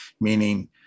Meaning